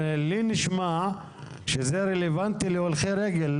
נשמע לי שזה רלוונטי להולכי רגל,